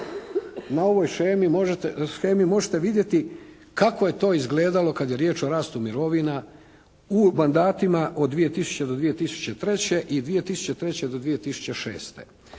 na ovoj shemi možete vidjeti kako je to izgledalo kada je riječ o rastu mirovina u mandatima od 2000. do 2003. i 2003. do 2006.